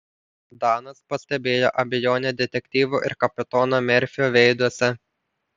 danas pastebėjo abejonę detektyvų ir kapitono merfio veiduose